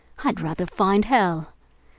i'd rather find hell!